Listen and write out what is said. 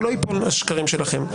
והוא לא ייפול לשקרים שלכם.